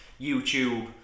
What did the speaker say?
YouTube